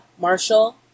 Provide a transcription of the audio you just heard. Marshall